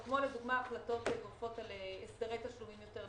או כמו לדוגמה החלטות גורפות על הסדרי תשלומים יותר נוחים.